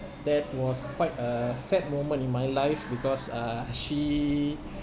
that was quite a sad moment in my life because uh she